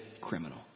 criminal